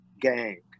Gang